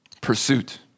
pursuit